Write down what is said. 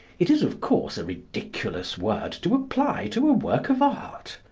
it is, of course, a ridiculous word to apply to a work of art.